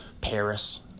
Paris